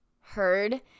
heard